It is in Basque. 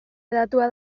hedatua